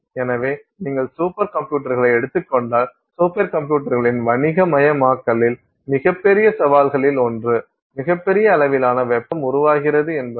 எனவே நீங்கள் சூப்பர் கம்ப்யூட்டர்களை எடுத்துக் கொண்டால் சூப்பர் கம்ப்யூட்டர்களின் வணிகமயமாக்கலில் மிகப்பெரிய சவால்களில் ஒன்று மிகப்பெரிய அளவிலான வெப்பம் உருவாகிறது என்பதுதான்